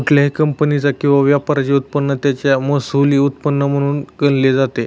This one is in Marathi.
कुठल्याही कंपनीचा किंवा व्यापाराचे उत्पन्न त्याचं महसुली उत्पन्न म्हणून गणले जाते